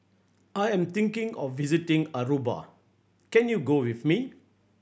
I am thinking of visiting Aruba can you go with me